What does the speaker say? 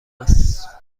است